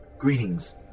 Greetings